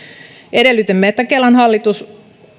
edellytimme että kelan hallitus